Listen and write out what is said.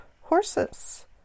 horses